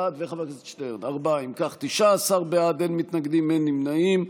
19 בעד, אין מתנגדים, אין נמנעים.